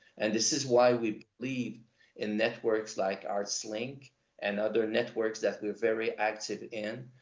and this is why we believe in networks like artslink and other networks that we're very active in.